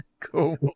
Cool